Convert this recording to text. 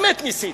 באמת ניסיתי,